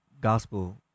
gospel